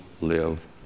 live